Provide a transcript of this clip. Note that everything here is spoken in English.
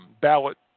ballot